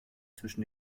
zwischen